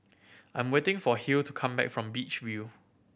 I'm waiting for Hill to come back from Beach View